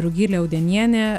rugilė audenienė